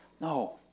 No